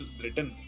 written